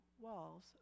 walls